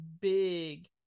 big